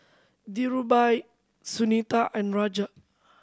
Dhirubhai Sunita and Raja